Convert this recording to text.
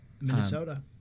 minnesota